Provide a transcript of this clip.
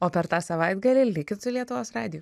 o per tą savaitgalį likit su lietuvos radiju